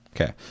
okay